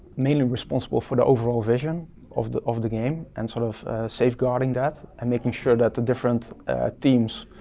mainly responsible for the overall vision of the of the game and sort of safe guarding that and making sure that the different teams